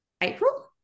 April